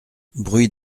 bruit